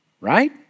Right